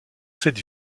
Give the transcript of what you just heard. cette